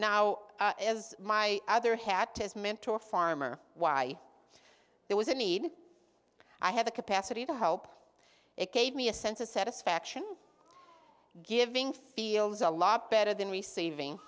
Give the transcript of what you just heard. now as my other had to mentor farmer why there was a need i had the capacity to help it gave me a sense of satisfaction giving feels a lot better than receiving